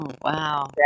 Wow